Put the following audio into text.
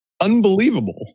unbelievable